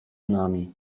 nami